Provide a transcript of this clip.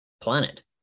planet